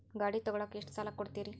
ಗಾಡಿ ತಗೋಳಾಕ್ ಎಷ್ಟ ಸಾಲ ಕೊಡ್ತೇರಿ?